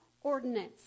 ordinance